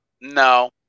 no –